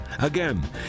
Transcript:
Again